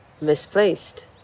misplaced